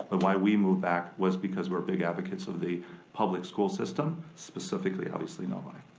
ah why we moved back was because we're big advocates of the public school system, specifically obviously novi.